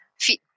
fit